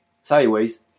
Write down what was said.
sideways